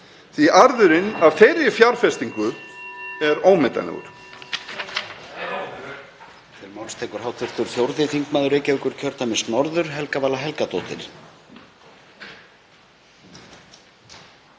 því arðurinn af þeirri fjárfestingu er ómetanlegur.